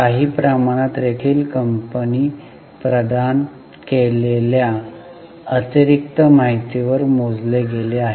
काही प्रमाणात रेकॉर्डिंग देखील कंपनी प्रदान केलेल्या अतिरिक्त माहितीवर मोजले गेले आहे